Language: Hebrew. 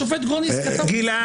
השופט גרוניס --- גלעד.